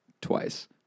Twice